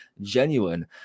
genuine